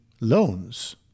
loans